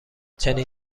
چنین